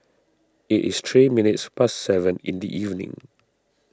it is three minutes past seven in the evening